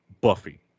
Buffy